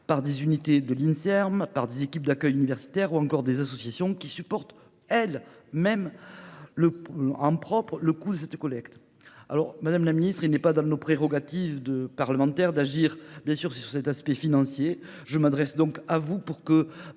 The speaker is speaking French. médicale (Inserm), par des équipes d'accueil universitaires ou encore par des associations qui supportent elles-mêmes, en propre, le coût de cette collecte. Madame la ministre, il n'est pas dans nos prérogatives de parlementaires d'agir sur cet aspect financier. Je m'adresse donc à vous pour que,